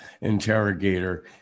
interrogator